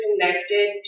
connected